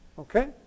Okay